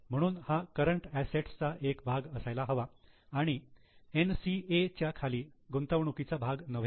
म्हणून हा current assets चा एक भाग असायला हवा आणि NCAच्या खाली गुंतवणुकीचा भाग नव्हे